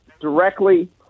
directly